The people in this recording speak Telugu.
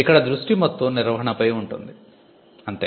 ఇక్కడ దృష్టి మొత్తం నిర్వహణపై ఉంది అంతే